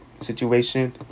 situation